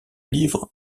livre